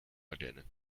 ardennen